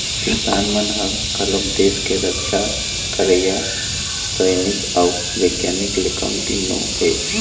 किसान मन ह घलोक देस के रक्छा करइया सइनिक अउ बिग्यानिक ले कमती नो हे